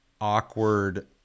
awkward